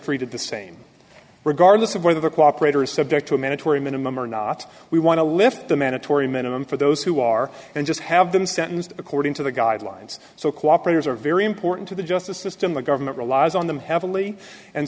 treated the same regardless of whether to cooperate or subject to a mandatory minimum or not we want to lift the manager the minimum for those who are and just have them sentenced according to the guidelines so cooperators are very important to the justice system the government relies on them heavily and